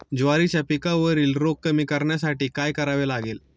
ज्वारीच्या पिकावरील रोग कमी करण्यासाठी काय करावे लागेल?